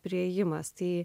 priėjimas tai